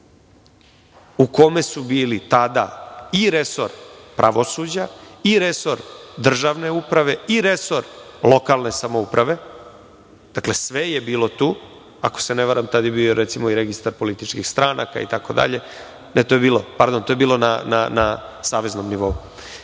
u kome su bili tada i resor pravosuđa i resor državne uprave i resor lokalne samouprave, dakle, sve je bilo tu, ako se ne varam tad je bio recimo i registar političkih stranaka itd, to je bilo na saveznom nivou